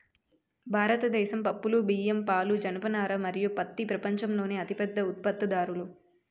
భారతదేశం పప్పులు, బియ్యం, పాలు, జనపనార మరియు పత్తి ప్రపంచంలోనే అతిపెద్ద ఉత్పత్తిదారులు